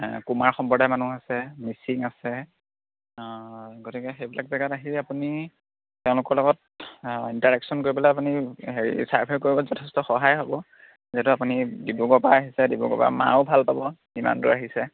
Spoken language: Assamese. কুমাৰ সম্প্ৰদায় মানুহ আছে মিচিং আছে গতিকে সেইবিলাক জেগাত আহি আপুনি তেওঁলোকৰ লগত ইণ্টাৰেকশ্যন কৰিবলে আপুনি হেৰি চাৰ্ভে কৰিবলে যথেষ্ট সহায় হ'ব যিহেতু আপুনি ডিব্ৰুগড়ৰ পৰা আহিছে ভাল পাব ইমান দূৰ আহিছে